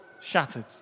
shattered